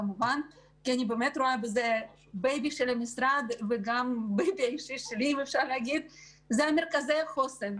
כי אני רואה בזה בייבי של המשרד וגם בייבי אישי שלי מרכזי החוסן.